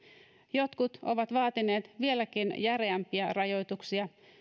jotkut ovat vaatineet vieläkin järeämpiä rajoituksia